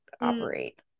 operate